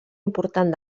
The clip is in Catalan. important